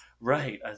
Right